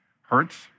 hurts